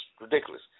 ridiculous